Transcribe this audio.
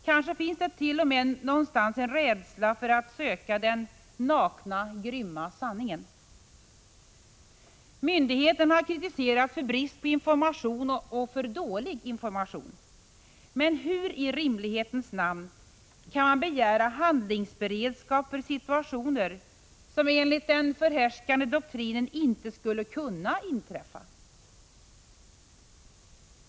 Kanske finns det t.o.m. någonstans en rädsla för att söka den nakna grymma sanningen. Myndigheterna har kritiserats för brist på information och för dålig information. Men hur i rimlighetens namn kan man begära handlingsberedskap för situationer som enligt den förhärskande doktrinen inte skulle kunna inträffa?